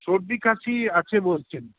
সর্দি কাশি আছে বলছেন